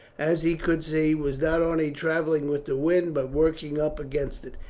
as he could see, was not only travelling with the wind, but working up against it.